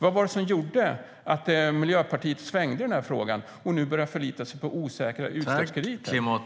Vad var det som gjorde att Miljöpartiet svängde i denna fråga och nu börjar förlita sig på osäkra utsläppskrediter?